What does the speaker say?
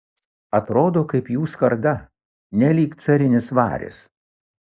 atrodo kaip jų skarda nelyg carinis varis